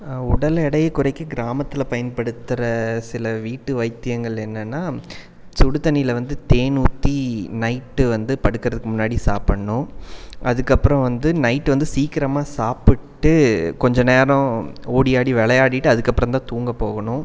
உடல் எடையை குறைக்க கிராமத்தில் பயன்படுத்துகிற சில வீட்டு வைத்தியங்கள் என்னென்னா சுடுதண்ணியில் வந்து தேன் ஊற்றி நைட்டு வந்து படுக்கிறதுக்கு முன்னாடி சாப்பிட்ணும் அதுக்கப்புறம் வந்து நைட்டு வந்து சீக்கிரமா சாப்பிட்டுட்டு கொஞ்ச நேரம் ஓடி ஆடி விளையாடிட்டு அதுக்கப்புறந்தான் தூங்க போகணும்